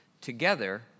together